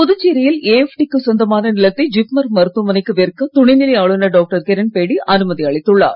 புதுச்சேரியில் ஏஎப்டிக்கு சொந்தமான நிலத்தை ஜிப்மர் மருத்துவமனைக்கு விற்க துணைநிலை ஆளுநர் டாக்டர் கிரண்பேடி அனுமதி அளித்துள்ளார்